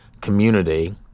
community